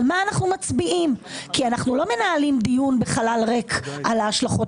מה אנו מצביעים כי אנו לא מנהלים דיון בחלל ריק על ההשלכות